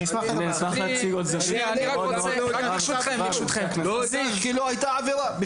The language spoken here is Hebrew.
לא היה, כי לא הייתה עבירה.